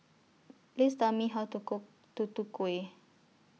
Please Tell Me How to Cook Tutu Kueh